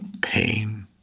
pain